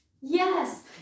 yes